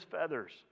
feathers